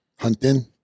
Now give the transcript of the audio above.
Hunting